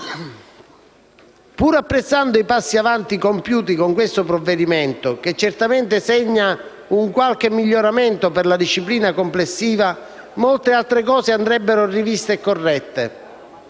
Pur apprezzando i passi avanti compiuti con questo provvedimento, che certamente segna un qualche miglioramento per la disciplina complessiva, molte altre cose andrebbero riviste e corrette,